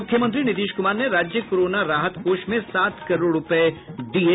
मुख्यमंत्री नीतीश कुमार ने राज्य कोरोना राहत कोष में सात करोड़ रुपये दिये